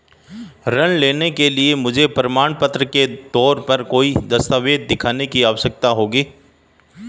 ऋृण लेने के लिए मुझे प्रमाण के तौर पर कौनसे दस्तावेज़ दिखाने की आवश्कता होगी?